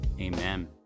Amen